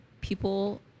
people